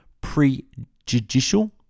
prejudicial